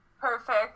Perfect